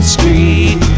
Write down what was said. Street